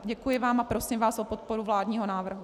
Děkuji vám a prosím vás o podporu vládního návrhu.